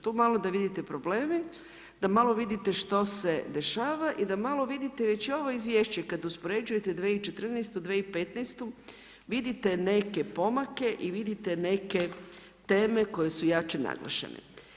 Tu malo da vidite probleme, da malo vidite što se dešava i da malo vidite već i ovo izvješće kad uspoređujete 2014., 2015., vidite neke pomake i vidite neke teme koje su jače naglašene.